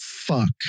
Fuck